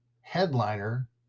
Headliner